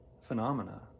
phenomena